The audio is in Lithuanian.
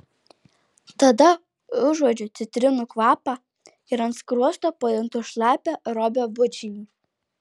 tada užuodžiu citrinų kvapą ir ant skruosto pajuntu šlapią robio bučinį